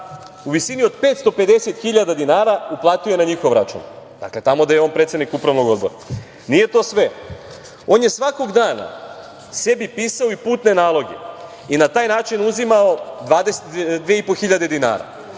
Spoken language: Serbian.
u visini od 550.000 dinara uplatio je na njihov račun. Dakle, tamo gde je on predsednik upravnog odbora. Nije to sve. On je svakog dana sebi pisao i putne naloge i na taj način uzimao 22.500 dinara,